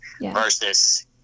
versus